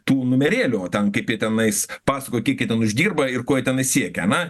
tų numerėlių o ten kaip jie tenais pasakoja kiek jie ten uždirba ir ko jie tenais siekia ana